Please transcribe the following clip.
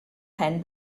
pen